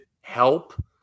help